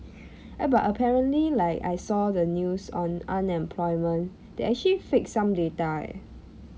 eh but apparently like I saw the news on unemployment they actually faked some data eh